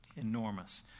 enormous